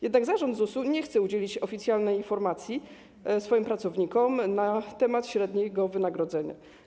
Jednak zarząd ZUS nie chce udzielić oficjalnej informacji swoim pracownikom na temat średniego wynagrodzenia.